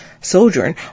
Sojourn